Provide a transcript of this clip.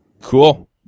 Cool